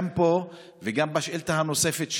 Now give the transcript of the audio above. גם פה וגם בשאילתה נוספת,